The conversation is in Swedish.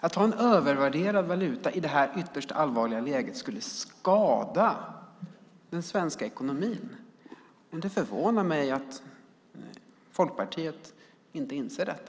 Att ha en övervärderad valuta i det här ytterst allvarliga läget skulle skada den svenska ekonomin. Det förvånar mig att Folkpartiet inte inser detta.